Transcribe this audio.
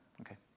Okay